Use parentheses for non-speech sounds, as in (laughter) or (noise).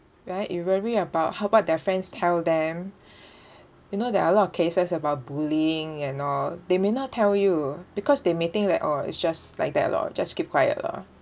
right you worry about how about their friends tell them (breath) you know there are a lot of cases about bullying and all they may not tell you because they may think like oh it's just like that lor just keep quiet lor